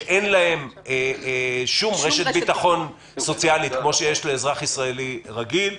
שאין להם שום רשת ביטחון סוציאלית כמו שיש לאזרח ישראלי רגיל,